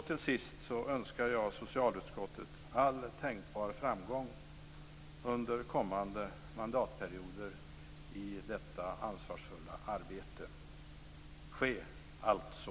Till sist önskar jag socialutskottet all tänkbar framgång under kommande mandatperioder i detta ansvarsfulla arbete. Ske alltså!